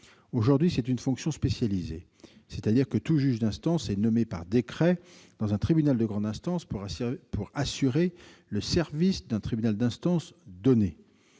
Aujourd'hui, c'est une fonction spécialisée, c'est-à-dire que tout juge d'instance est nommé par décret dans un tribunal de grande instance pour assurer le service d'un tribunal d'instance donné.